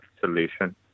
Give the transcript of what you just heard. solution